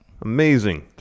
Amazing